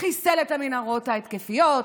חיסל את המנהרות ההתקפיות,